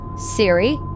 siri